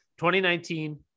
2019